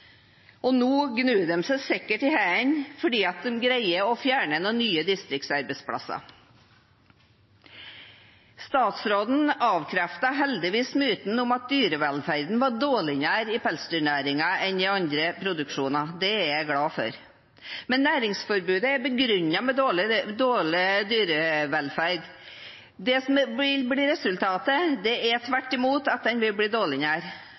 næringen. Nå gnur de seg sikkert i hendene fordi de greier å fjerne noen nye distriktsarbeidsplasser. Statsråden avkreftet heldigvis myten om at dyrevelferden er dårligere i pelsdyrnæringen enn i andre produksjoner. Det er jeg glad for. Men næringsforbudet er begrunnet med dårlig dyrevelferd. Det som vil bli resultatet, er tvert imot at den vil bli dårligere.